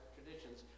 Traditions